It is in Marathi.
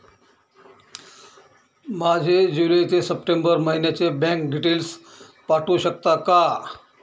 माझे जुलै ते सप्टेंबर महिन्याचे बँक डिटेल्स पाठवू शकता का?